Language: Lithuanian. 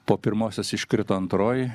po pirmosios iškrito antroji